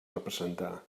representar